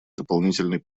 дополнительной